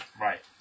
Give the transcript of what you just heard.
right